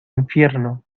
infierno